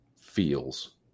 feels